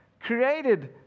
created